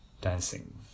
dancing